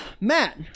matt